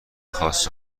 خواست